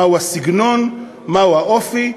מהו הסגנון, מהו האופי.